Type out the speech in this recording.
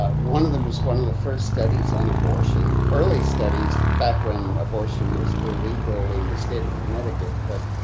ah one of them was one of the first studies on abortion, early studies back when abortion was illegal in the state of connecticut, but